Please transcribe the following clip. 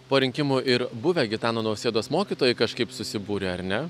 po rinkimų ir buvę gitano nausėdos mokytojai kažkaip susibūrė ar ne